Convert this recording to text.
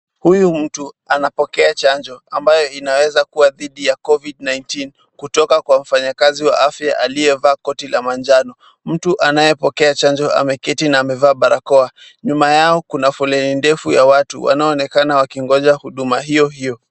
Huyu mtu anapokea chanjo ambayo inaweza kuwa dhidi ya Covid-19 kutoka kwa mfanyikazi wa afya aliyevaa koti la manjano. Mtu anayepokea chanjo ameketi na amevaa barakoa. Nyuma yao kuna foleni ndefu ya watu wanaonekana wakingoja huduma hio hio.